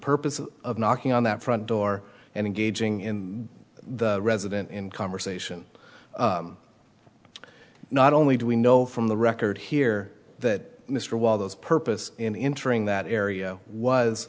purpose of knocking on that front door and engaging in the resident in conversation not only do we know from the record here that mr wall those purpose in interest in that area was